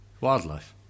wildlife